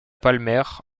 palmer